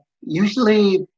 usually